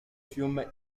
fiume